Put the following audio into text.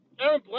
Aaron